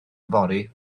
yfory